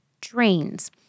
drains